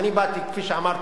כפי שאמרתי,